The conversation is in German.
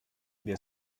wir